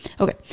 Okay